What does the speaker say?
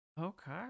Okay